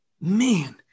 Man